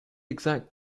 exact